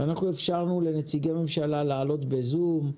אנחנו אפשרנו לנציגי ממשלה להעלות בזום,